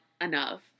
enough